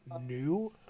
new